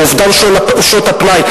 אובדן שעות הפנאי,